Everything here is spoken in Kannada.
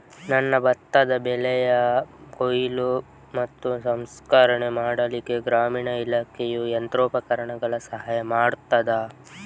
ನನ್ನ ಭತ್ತದ ಬೆಳೆಯ ಕೊಯ್ಲು ಮತ್ತು ಸಂಸ್ಕರಣೆ ಮಾಡಲಿಕ್ಕೆ ಗ್ರಾಮೀಣ ಇಲಾಖೆಯು ಯಂತ್ರೋಪಕರಣಗಳ ಸಹಾಯ ಮಾಡುತ್ತದಾ?